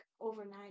overnight